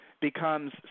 becomes